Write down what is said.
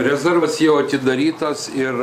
rezervas jau atidarytas ir